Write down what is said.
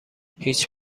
هیچ